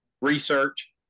research